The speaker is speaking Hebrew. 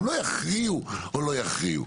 הם לא יכריעו או לא יכריעו.